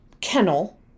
kennel